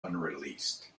unreleased